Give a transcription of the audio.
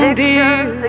dear